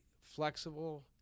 flexible